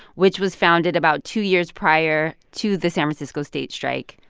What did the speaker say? which was founded about two years prior to the san francisco state strike,